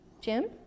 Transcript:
Jim